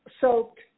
soaked